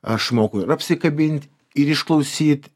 aš moku ir apsikabint ir išklausyt